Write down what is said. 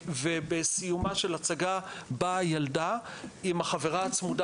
בסיומה של הצגה באה ילדה עם החברה הצמודה